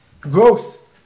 growth